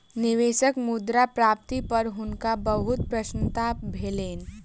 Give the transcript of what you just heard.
निवेशक मुद्रा प्राप्ति पर हुनका बहुत प्रसन्नता भेलैन